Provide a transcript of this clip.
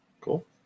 Cool